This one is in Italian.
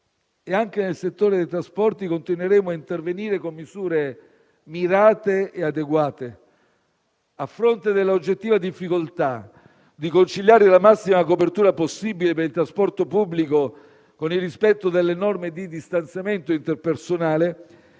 Anche nel settore dei trasporti continueremo a intervenire con misure mirate e adeguate: a fronte dell'oggettiva difficoltà di conciliare la massima copertura possibile per il trasporto pubblico con il rispetto delle norme di distanziamento interpersonale,